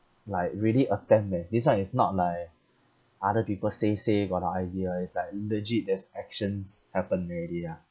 like really attempt eh this [one] is not like other people say say got the idea ah it's like legit there's actions happened already ah